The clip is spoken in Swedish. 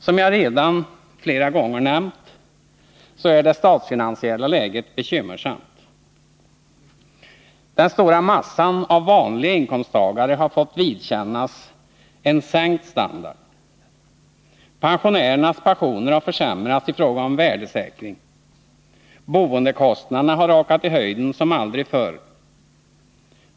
Som jag redan flera gånger nämnt, så är det statsfinansiella läget bekymmersamt. Den stora massan av vanliga inkomsttagare har fått vidkännas en sänkt standard. Pensionerna har försämrats i fråga om värdesäkring. Boendekostnaderna har rakat i höjden som aldrig förr.